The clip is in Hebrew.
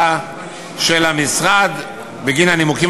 הסכומים ולפגוע בגמישות הנדרשת לעניין זה כפי רצונם של ההורים.